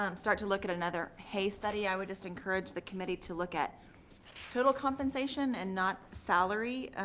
um start to look at another hay study, i would just encourage the committee to look at total compensation and not salary,